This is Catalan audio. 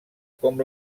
com